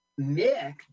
Mick